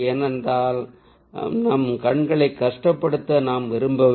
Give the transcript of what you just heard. ஏனென்றால் நம் கண்களைக் கஷ்டப்படுத்த நாம் விரும்பவில்லை